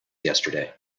yesterday